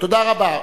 תודה רבה.